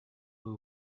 who